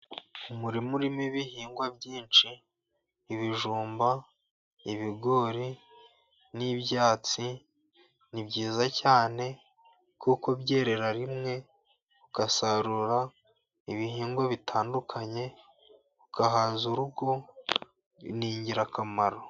Umurima urimo ibihingwa byinshi ibijumba, ibigori n'ibyatsi. Ni byiza cyane kuko byerera rimwe ugasarura ibihingwa bitandukanye, ugahaza urugo, ni ingirakamaro.